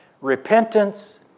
Repentance